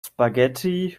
spaghetti